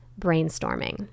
brainstorming